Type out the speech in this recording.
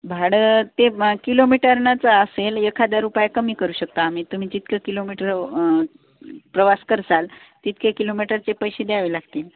भाडं ते किलोमीटरनंच असेल एक हजार रुपये कमी करू शकता आम्ही तुम्ही जितकं किलोमीटर प्रवास करसाल तितके किलोमीटरचे पैसे द्यावे लागतील